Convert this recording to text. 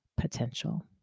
potential